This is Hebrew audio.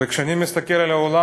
וכשאני מסתכל על האולם,